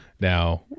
now